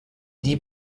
die